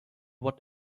what